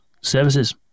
services